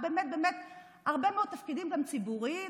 בהרבה מאוד תפקידים ציבוריים,